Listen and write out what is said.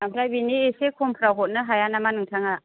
ओमफ्राय बिनि इसे खमफ्राव हरनो हाया नामा नोंथाङा